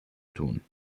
tun